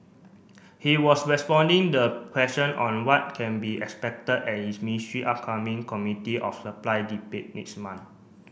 he was responding the question on what can be expected at is ministry upcoming Committee of Supply debate next month